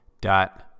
dot